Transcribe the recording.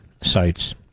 sites